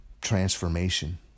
transformation